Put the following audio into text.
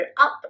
up